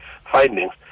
findings